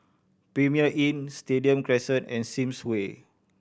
Premier Inn Stadium Crescent and Sims Way